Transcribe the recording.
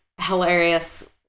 hilarious